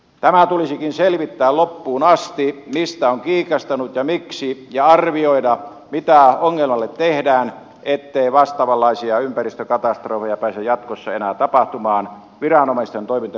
tämä tulisikin selvittää loppuun asti mistä on kiikastanut ja miksi ja arvioida mitä ongelmalle tehdään ettei vastaavanlaisia ympäristökatastrofeja pääse jatkossa enää tapahtumaan viranomaisten toimintakyvyttömyyden vuoksi